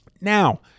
Now